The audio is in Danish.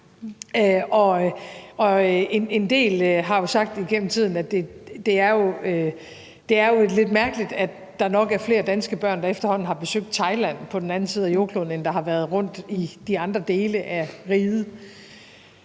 En del har jo sagt gennem tiden, at det er lidt mærkeligt, at der nok er flere danske børn, der efterhånden har besøgt Thailand på den anden side af jordkloden, end der har været rundt i de andre dele af riget.